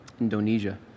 Indonesia